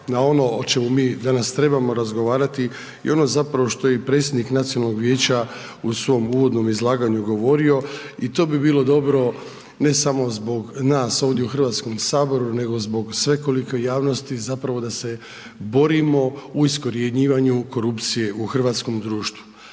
na ono o čemu mi danas trebamo razgovarati i ono zapravo što je i predsjednik Nacionalnog vijeća u svom uvodnom izlaganju govorio i to bi bilo dobro, ne samo zbog nas ovdje u HS, nego zbog svekolike javnosti, zapravo da se borimo u iskorjenjivanju korupcije u hrvatskom društvu.